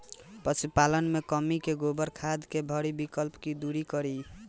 पशुपालन मे कमी से गोबर खाद के भारी किल्लत के दुरी करी?